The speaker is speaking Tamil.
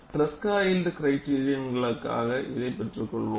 ட்ரெஸ்கா யியல்ட் கிரைடிரியன்க்காக இதைப் பெற்றுக்கொள்வோம்